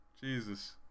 Jesus